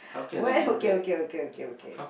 where okay okay okay okay okay